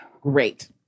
Great